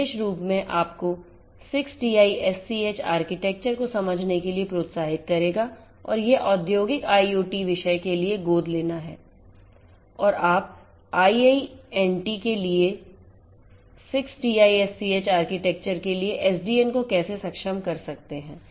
यह विशेष रूप में आपको 6TiSCH आर्किटेक्चर को समझने के लिए प्रोत्साहित करेगा और यह औद्योगिक IoT विषय के लिए गोद लेना है और आप IINT के लिए 6TiSCH आर्किटेक्चर के लिए SDN को कैसे सक्षम कर सकते हैं